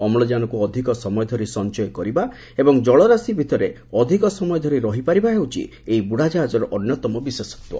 ଅମ୍ଳଜାନକୁ ଅଧିକା ସମୟ ଧରି ସଞ୍ଚୟ କରିବା ଏବଂ ଜଳରାଶି ଭିତରେ ଅଧିକ ସମୟ ଧରି ରହିପାରିବା ହେଉଛି ଏହି ବୁଡ଼ାଜାହାଜର ଅନ୍ୟତମ ବିଶେଷତ୍ୱ